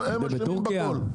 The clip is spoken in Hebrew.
הם אשמים בכול.